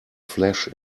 flesh